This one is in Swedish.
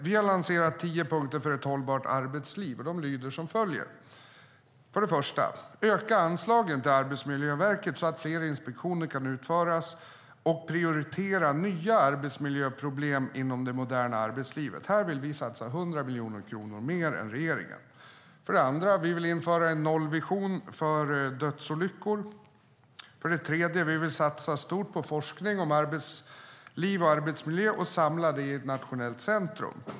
Vi har lanserat tio punkter för ett hållbart arbetsliv, och de lyder som följer: För det första vill vi öka anslagen till Arbetsmiljöverket, så att fler inspektioner kan utföras, och prioritera nya arbetsmiljöproblem inom det moderna arbetslivet. Här vill vi satsa 100 miljoner kronor mer än regeringen. För det andra vill vi införa en nollvision för dödsolyckor. För det tredje vill vi satsa stort på forskning om arbetsliv och arbetsmiljö och samla den i ett nationellt centrum.